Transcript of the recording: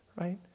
right